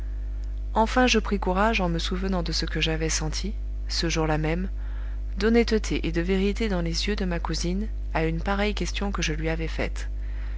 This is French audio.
enfin je pris courage en me souvenant de ce que j'avais senti ce jour-là même d'honnêteté et de vérité dans les yeux de ma cousine à une pareille question que je lui avais faite